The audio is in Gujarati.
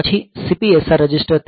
પછી CPSR રજીસ્ટર